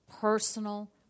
personal